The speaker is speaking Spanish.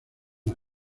las